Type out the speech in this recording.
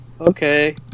Okay